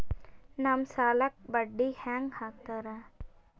ನಮ್ ಸಾಲಕ್ ಬಡ್ಡಿ ಹ್ಯಾಂಗ ಹಾಕ್ತಾರ?